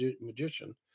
magician